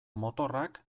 motorrak